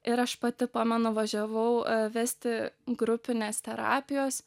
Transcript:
ir aš pati pamenu važiavau vesti grupinės terapijos